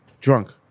drunk